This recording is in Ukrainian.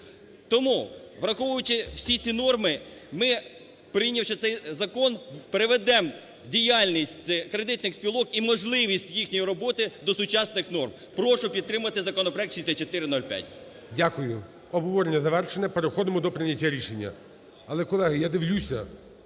Тому, враховуючи всі ці норми, ми, прийнявши цей закон, приведемо діяльність кредитних спілок і можливість їхньої роботи до сучасних норм. Прошу підтримати законопроект 6405. ГОЛОВУЮЧИЙ. Дякую. Обговорення завершене. Переходимо до прийняття рішення. Але, колеги, я дивлюся,